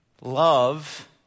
Love